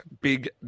big